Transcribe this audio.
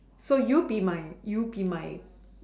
so you'll be my you'll be my